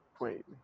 wait